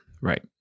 Right